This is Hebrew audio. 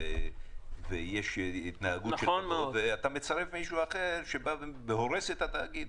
ויש התנהגות --- ואתה מצרף מישהו אחר שהורס את התאגיד.